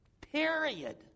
period